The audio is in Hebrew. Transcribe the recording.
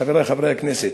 חברי חברי הכנסת,